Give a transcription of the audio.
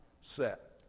set